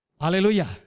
Hallelujah